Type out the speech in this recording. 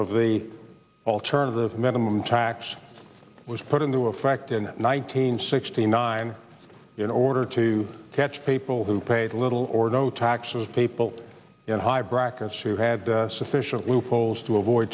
of the alternative minimum tax was put into effect in nineteen sixty nine in order to catch people who paid little or no taxes people in high brackets who had sufficient loopholes to avoid